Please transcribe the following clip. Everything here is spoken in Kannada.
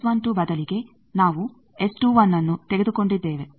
ಆದ್ದರಿಂದ ಬದಲಿಗೆ ನಾವು ನ್ನು ತೆಗೆದುಕೊಂಡಿದ್ದೇವೆ